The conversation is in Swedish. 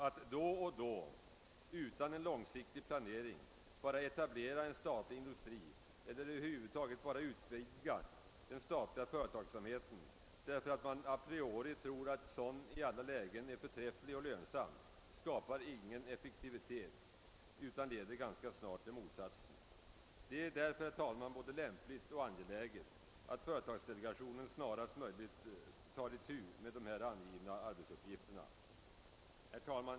Att då och då utan en långsiktig planering etablera en statlig industri eller att över huvud taget bara utvidga den statliga företagsamheten därför att man a priori tror att en sådan i alla lägen är förträfflig och lönsam, skapar ingen effektivitet utan leder i stället ganska snart till motsatsen. Det är därför, herr talman, både lämpligt och angeläget att företagsdelegationen snarast möjligt tar itu med här angivna arbetsuppgifter. Herr talman!